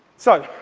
so,